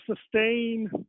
sustain